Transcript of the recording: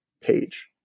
page